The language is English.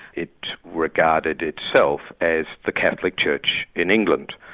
it regarded itself as the catholic church in england,